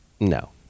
No